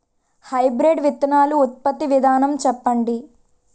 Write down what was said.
Hybrid విత్తనాలు ఉత్పత్తి విధానం చెప్పండి?